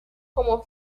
como